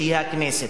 שהיא הכנסת,